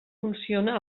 funciona